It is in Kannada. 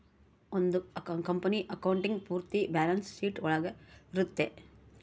ಒಂದ್ ಕಂಪನಿ ಅಕೌಂಟಿಂಗ್ ಪೂರ್ತಿ ಬ್ಯಾಲನ್ಸ್ ಶೀಟ್ ಒಳಗ ಇರುತ್ತೆ